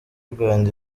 rwanda